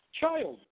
child